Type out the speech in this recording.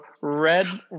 red